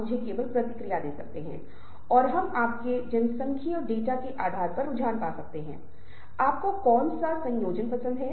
मुझे आशा है कि आप सर्वेक्षण पूरा करेंगे और हम चर्चा मंच में एक लिंक या गोगल फॉर्मया एक टेम्पलेट दाल सकते हैं जहाँ आप या तो अपना नाम अथवा अपने स्कोर डाल सकते हैं